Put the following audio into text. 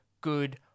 good